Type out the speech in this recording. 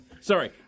Sorry